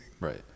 Right